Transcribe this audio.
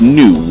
new